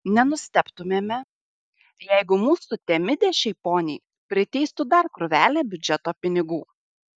nenustebtumėme jeigu mūsų temidė šiai poniai priteistų dar krūvelę biudžeto pinigų